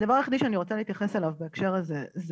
הדבר היחידי שאני רוצה להתייחס אליו בהקשר הזה זה